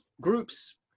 groups